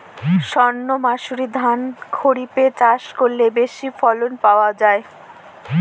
সর্ণমাসুরি ধান খরিপে চাষ করলে বেশি ফলন পাওয়া যায়?